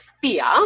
fear